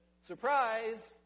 surprise